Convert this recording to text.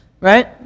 right